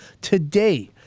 today